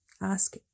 ask